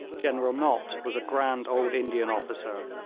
general nott was a grand old indian officer,